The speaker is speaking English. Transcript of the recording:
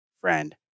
friend